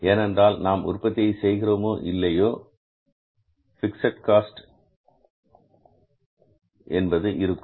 ஏனென்றால் நாம் உற்பத்தியை செய்கிறோமோ இல்லையோ பிக்ஸட் காஸ்ட் என்பது இருக்கும்